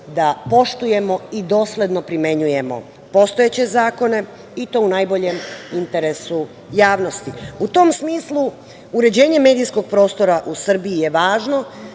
da poštujemo i dosledno primenjujemo postojeće zakone i to u najboljem interesu javnosti. U tom smislu uređenje medijskog prostora u Srbiji je važno